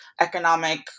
economic